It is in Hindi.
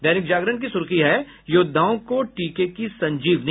दैनिक जागरण की सुर्खी है योद्वाओं को टीके की संजीवनी